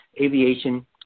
aviation